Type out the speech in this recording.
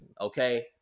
Okay